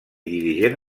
dirigent